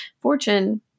fortune